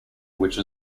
which